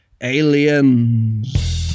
Aliens